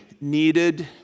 needed